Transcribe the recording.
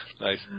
Nice